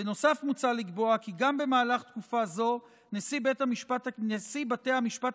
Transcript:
בנוסף מוצע לקבוע כי גם במהלך תקופה זו נשיא בתי המשפט